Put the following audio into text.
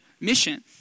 mission